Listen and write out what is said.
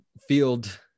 field